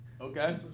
Okay